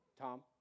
Tom